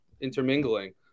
intermingling